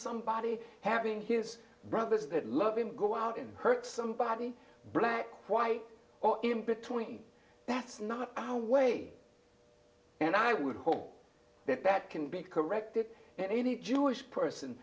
somebody having his brothers that love him go out and hurt somebody black white or in between that's not our way and i would hope that that can be corrected and any jewish person